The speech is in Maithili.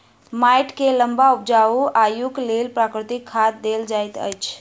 माइट के लम्बा उपजाऊ आयुक लेल प्राकृतिक खाद देल जाइत अछि